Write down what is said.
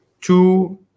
two